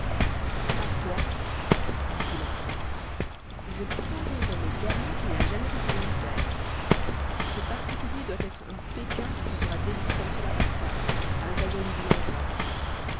ma foi dit-il enfin je parierais mes galons qu'il n'a jamais été militaire ce particulier doit être un pékin qui se sera déguisé comme cela par farce à l'occasion du dimanche gras